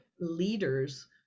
leaders